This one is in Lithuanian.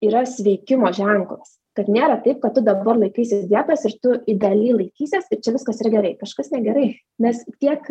yra sveikimo ženklas kad nėra taip kad tu dabar laikaisi dietos ir tu idealiai laikysies ir čia viskas yra gerai kažkas negerai nes tiek